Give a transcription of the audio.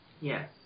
Yes